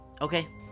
Okay